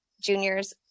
juniors